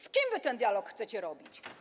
Z kim wy ten dialog chcecie prowadzić?